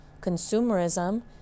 consumerism